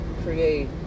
create